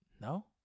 No